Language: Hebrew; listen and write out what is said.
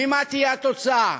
מה תהיה התוצאה.